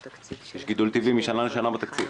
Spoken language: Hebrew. ויש גידול טבעי משנה לשנה בתקציב.